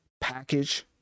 package